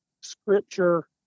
Scripture